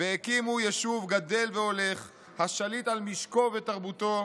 והקימו יישוב גדל והולך השליט על משקו ותרבותו,